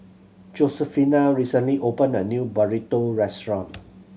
Josefina recently opened a new Burrito restaurant